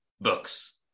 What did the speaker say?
books